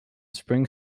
spring